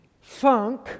funk